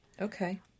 Okay